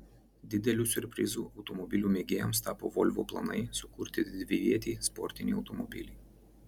dideliu siurprizu automobilių mėgėjams tapo volvo planai sukurti dvivietį sportinį automobilį